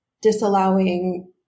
disallowing